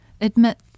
Admit